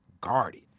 guarded